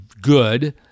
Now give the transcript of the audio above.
good